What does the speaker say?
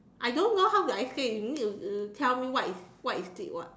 I don't know how do I say you need to you tell me what is what is it [what]